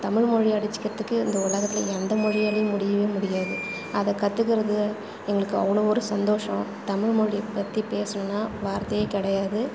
தமிழ்மொழியை அடிச்சுக்கறத்துக்கு இந்த உலகத்தில் எந்த மொழியாலையும் முடியவே முடியாது அதை கற்றுக்கிறது எங்களுக்கு அவ்வளோ ஒரு சந்தோஷம் தமிழ்மொழி பற்றி பேசணும்னா வார்த்தையே கிடையாது